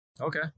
Okay